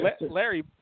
Larry